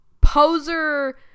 poser